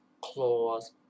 claws